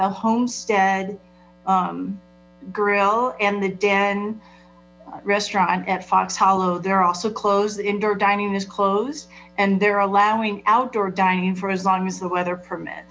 the homestead grill and the den restaurant at fox hollow they're also closed indoor dining is closed and they're allowing outdoor dining for as long as the weather permits